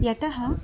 यतः